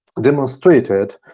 demonstrated